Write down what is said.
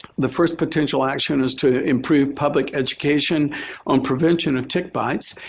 the first potential action is to improve public education on prevention of tick bites.